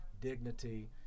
dignity